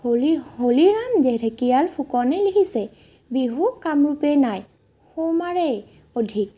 হলি হলিৰাম ঢে ঢেকিয়াল ফুকনে লিখিছে বিহু কামৰূপে নাই সৌমাৰেই অধিক